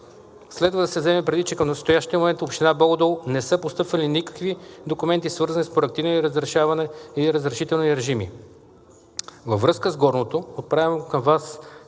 Следва да се вземе предвид, че към настоящия момент в Община Бобов дол не са постъпвали никакви документи, свързани с проектирането или разрешителните режими. Във връзка с горното отправям към Вас